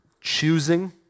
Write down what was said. choosing